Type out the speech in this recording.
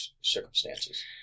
circumstances